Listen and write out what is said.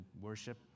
worship